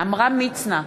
עמרם מצנע,